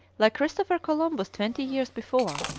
like christopher columbus twenty years before,